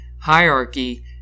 hierarchy